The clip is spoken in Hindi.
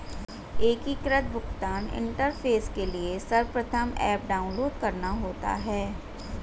एकीकृत भुगतान इंटरफेस के लिए सर्वप्रथम ऐप डाउनलोड करना होता है